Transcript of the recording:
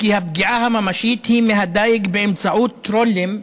והפגיעה הממשית היא מדיג באמצעות רולרים,